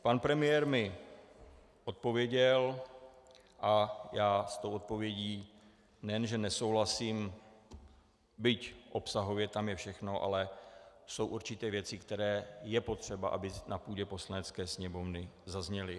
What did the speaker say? Pan premiér mi odpověděl a já s tou odpovědí nejen že nesouhlasím, byť obsahově tam je všechno, ale jsou určité věci, které je potřeba, aby na půdě Poslanecké sněmovny zazněly.